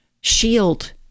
shield